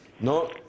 No